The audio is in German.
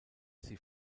sie